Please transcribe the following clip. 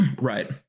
Right